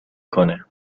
کنه